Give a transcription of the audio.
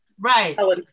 Right